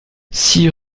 six